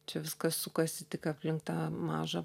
čia viskas sukasi tik aplink tą mažą